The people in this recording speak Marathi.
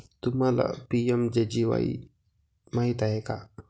तुम्हाला पी.एम.जे.डी.वाई माहित आहे का?